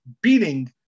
beating